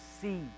see